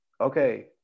Okay